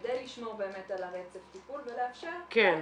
כדי לשמור על הרצף טיפול ולאפשר -- כן,